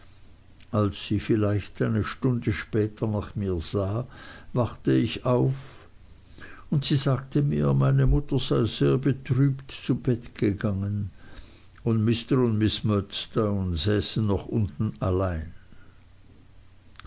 als sie vielleicht eine stunde später nach mir sah wachte ich auf und sie sagte mir meine mutter sei sehr betrübt zu bett gegangen und mr und miß murdstone säßen noch unten allein